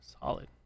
Solid